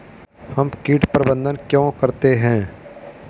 हम कीट प्रबंधन क्यों करते हैं?